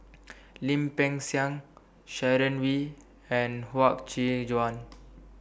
Lim Peng Siang Sharon Wee and Huang Qi Joan